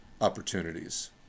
opportunities